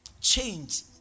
change